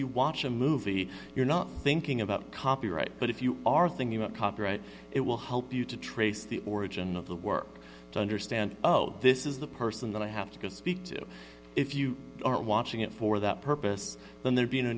you watch a movie you're not thinking about copyright but if you are thinking about copyright it will help you to trace the origin of the work to understand oh this is the person that i have to go speak to if you aren't watching it for that purpose then there'd be no